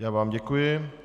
Já vám děkuji.